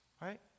right